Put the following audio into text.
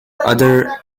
other